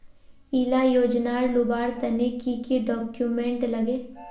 इला योजनार लुबार तने की की डॉक्यूमेंट लगे?